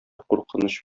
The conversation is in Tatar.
куркыныч